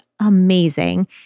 amazing